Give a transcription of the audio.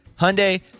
Hyundai